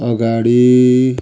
अगाडि